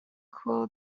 cool